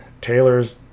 Taylor's